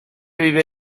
vive